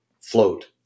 float